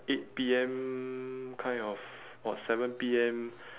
eight P_M kind of about seven P_M